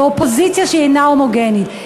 באופוזיציה שאינה הומוגנית.